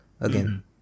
again